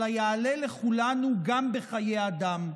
אלא יעלה לכולנו גם בחיי אדם.